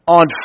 on